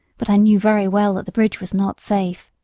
but i knew very well that the bridge was not safe.